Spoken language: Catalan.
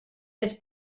més